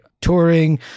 touring